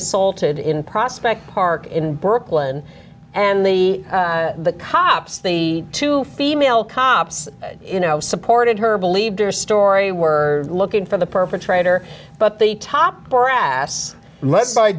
assaulted in prospect park in brooklyn and the cops the two female cops you know supported her believed their story were looking for the perpetrator but the top brass